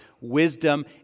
wisdom